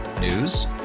News